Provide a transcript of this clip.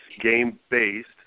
game-based